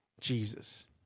Jesus